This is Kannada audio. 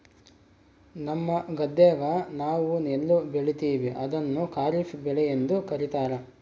ನಮ್ಮ ಗದ್ದೆಗ ನಾವು ನೆಲ್ಲು ಬೆಳೀತೀವಿ, ಅದನ್ನು ಖಾರಿಫ್ ಬೆಳೆಯೆಂದು ಕರಿತಾರಾ